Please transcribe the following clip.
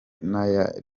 naya